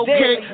Okay